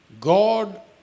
God